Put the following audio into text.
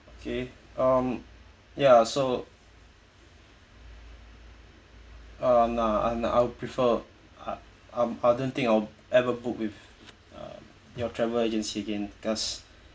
okay um ya so uh nah I'll prefer I don't think I'll ever book with uh your travel agency again because